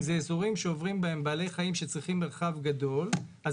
אם זה אזורים שעוברים בהם בעלי חיים שצריכים מרחב גדול אז